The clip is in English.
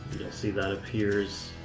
see that appears